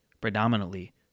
predominantly